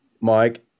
Mike